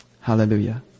Hallelujah